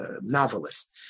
novelist